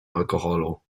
alkoholu